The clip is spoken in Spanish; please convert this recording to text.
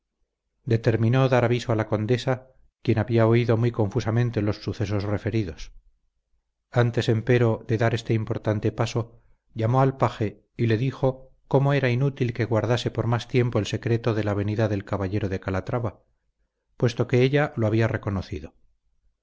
determinó dar aviso a la condesa quien había oído muy confusamente los sucesos referidos antes empero de dar este importante paso llamo al paje y le dijo cómo era inútil que guardase por más tiempo el secreto de la venida del caballero de calatrava puesto que ella lo había reconocido